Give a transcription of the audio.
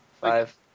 Five